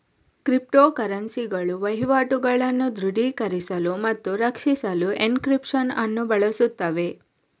crypto ಕರೆನ್ಸಿಗಳು ವಹಿವಾಟುಗಳನ್ನು ದೃಢೀಕರಿಸಲು ಮತ್ತು ರಕ್ಷಿಸಲು ಎನ್ಕ್ರಿಪ್ಶನ್ ಅನ್ನು ಬಳಸುತ್ತವೆ